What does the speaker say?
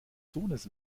sohnes